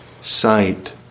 sight